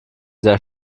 sehr